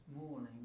morning